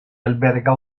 alberga